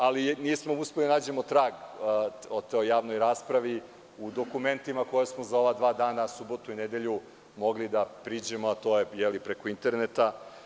Ali, nismo uspeli da nađemo trag o toj javnoj raspravi u dokumentima kojima smo za ova dva dana, subotu i nedelju, mogli da priđemo, a to je preko interneta.